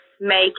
make